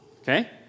okay